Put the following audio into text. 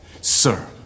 Sir